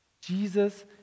Jesus